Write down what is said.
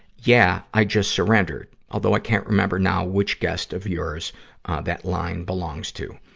yeah, i just surrendered although i can't remember now which guest of yours that line belongs to.